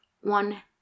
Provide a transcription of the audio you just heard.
one